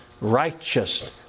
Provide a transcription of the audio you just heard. Righteous